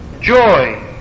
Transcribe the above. joy